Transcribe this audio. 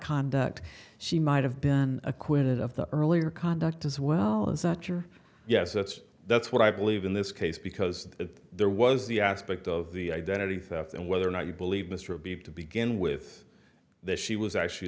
conduct she might have been acquitted of the earlier conduct as well as such or yes that's that's what i believe in this case because there was the aspect of the identity theft and whether or not you believe mr b to begin with that she was actually